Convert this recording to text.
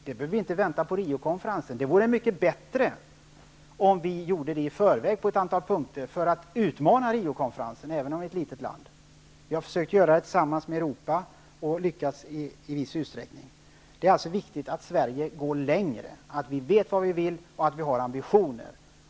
Vi behöver inte vänta på Rio-konferensen. Det vore mycket bättre om vi gjorde det i förväg på ett antal punkter för att utmana Rio-konferensen, även om vi är ett litet land. Vi har försökt göra det tillsammans med andra länder i Europa, och vi har lyckats i viss utsträckning. Det är viktigt att Sverige går längre, att vi vet vad vi vill och att vi har ambitioner.